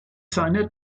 seiner